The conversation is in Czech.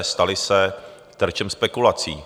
Staly se terčem spekulací.